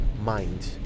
mind